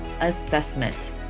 assessment